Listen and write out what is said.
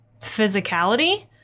physicality